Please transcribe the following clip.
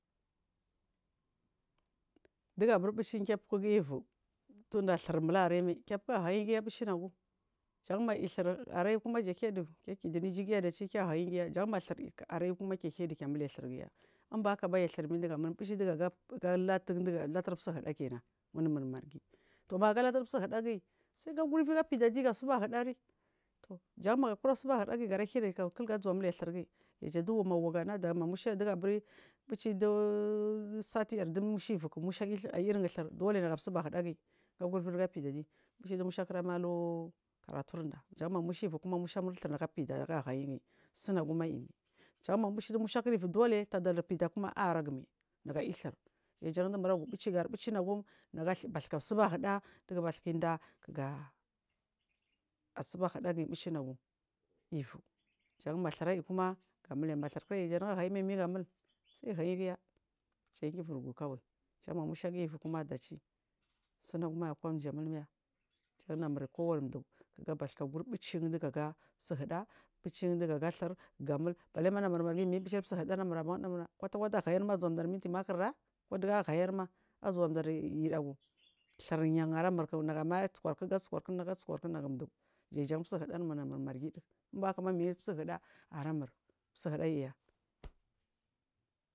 Dugabur bucikya fukugiya ivu tunda thirmul arayumai ke fuku hayigiya bucinagum janma thira rayukuma kehaidu ke kidu iju giya dacike hayigiya jan ma thira rayukuma kehaidu kemule thirgiya. Inba hakaba ya thirmidugamul buci digagalatu latur suguɗakenan wammur margi tumaga latur suhu ɗagiyi saigagur ivigafedadi gasu ba gudari jan magakura subaguɗa giyi gara ludu kilgazuwa mule thirguyi jaduwagu mawagunada mamushaidigaburi bucidu satidu musha ivuku musha airyi thirgiyi dule gasuba ghudagiyiga gur ivigafeda di buci dumusha kiramailu karatunda musha ivukuma musha multhir nagafida naga hayimai sunagumai jan ma musha kir ivu dule tadal fidama aragumai mag air thir yajan dumuragu buchigari ɓuchi nagum gasiba hida naga basukan daa kigasuba hidagiyi buchinagu m ivu jan ma thir aiyi kuma gamu le ma thir kira i janaga hayimai minnagamul sai hayigiya janyu burgu kawai mamushagiyilvukuma daci sunagum akwa jamulya jan namur kuwani duuh naga basikaga bucindiga su hida bucin dga ga thir ga mul bale ma namur margi min buci su hoda anamubandimra hayirma azuwa daminti makurra kuduga hayirma azuwa dar idagu thir yan aramul nagama rasukakik asukakknagun du yajan suhidarmur namul margi imbahakaba min su hida aramu su hida iya.